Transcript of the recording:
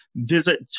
Visit